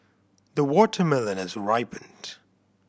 the watermelon has ripened